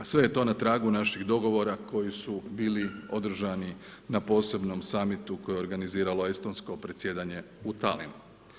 Sve je to na tragu naših dogovora koji su bili održani na posebnom summitu koje je organiziralo Estonsko predsjedanje u Tallinnu.